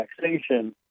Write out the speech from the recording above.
taxation